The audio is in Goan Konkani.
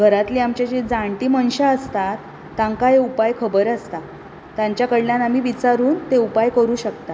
घरांतलीं आमचीं जीं जाण्टी मनशां आसतात तांकांय उपाय खबर आसता तांच्या कडल्यान आमी विचारून ते उपाय करूं शकता